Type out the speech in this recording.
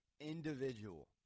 individual